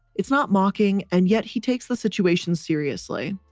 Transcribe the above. it's not mocking, and yet he takes the situation seriously.